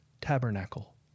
tabernacle